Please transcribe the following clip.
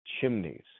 chimneys